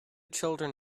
children